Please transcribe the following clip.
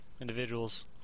individuals